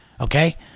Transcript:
Okay